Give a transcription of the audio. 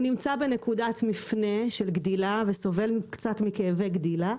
הוא נמצא בנקודת מפנה של גדילה וסובל קצת מכאבי גדילה,